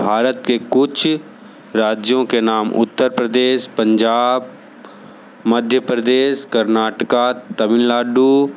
भारत के कुछ राज्यों के नाम उत्तर प्रदेश पंजाब मध्य प्रदेश कर्नाटका तमिल नाडु